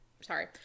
Sorry